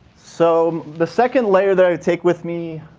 so the second layer that i'd take with me